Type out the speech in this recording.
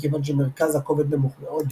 מכוון שמרכז הכובד נמוך מאוד.